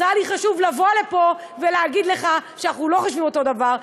אז היה לי חשוב לבוא לפה ולהגיד לך שאנחנו לא חושבים אותו דבר.